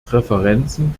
präferenzen